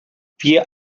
wir